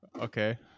Okay